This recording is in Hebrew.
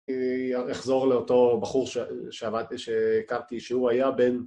אחזור לאותו בחור שהכרתי שהוא היה בן